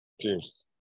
Cheers